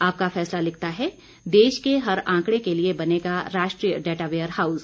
आपका फैसला लिखता है देश के हर आंकड़े के लिए बनेगा राष्ट्रीय डाटावेयर हाउस